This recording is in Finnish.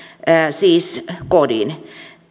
siis kodin